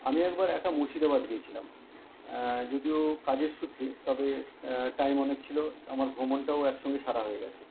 আমি একবার একা মুর্শিদাবাদ গিয়েছিলাম যদিও কাজের সূত্রে তবে টাইম অনেক ছিলো আমার ভ্রমণটাও একসঙ্গে সারা হয়ে গেছে